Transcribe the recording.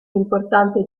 importante